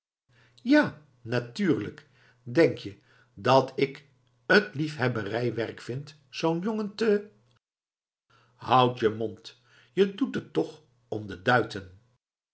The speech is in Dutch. ja natuurlijk denk je dat ik t liefhebberijwerk vind zoo'n jongen te hou je mond je doet t toch ook om de duiten